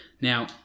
Now